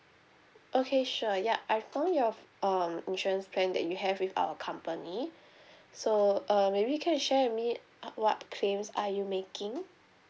okay sure ya I found your um insurance plan that you have with our company so uh maybe you can share with me uh what claims are you making